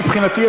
מבחינתי,